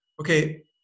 okay